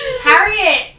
Harriet